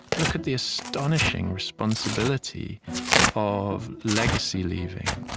look at the astonishing responsibility of legacy-leaving.